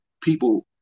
people